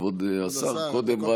כבוד השר, קודם נשמע את השאילתה.